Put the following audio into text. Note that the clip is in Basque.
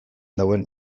duen